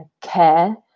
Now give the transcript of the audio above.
care